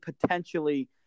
potentially